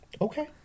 Okay